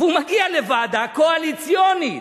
והוא מגיע לוועדה קואליציונית,